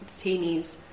detainees